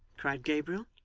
cried gabriel.